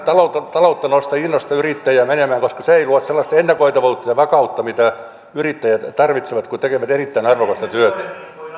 taloutta nosta ja innosta yrittäjiä menemään koska se ei luo sellaista ennakoitavuutta ja vakautta mitä yrittäjät tarvitsevat kun he tekevät erittäin arvokasta työtä